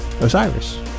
Osiris